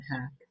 hack